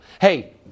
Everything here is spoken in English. hey